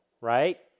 right